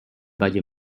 valle